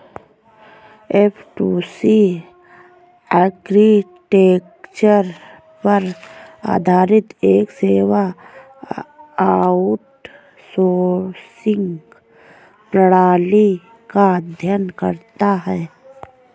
F two C architecture पर आधारित एक सेवा आउटसोर्सिंग प्रणाली का अध्ययन करता है